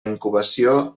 incubació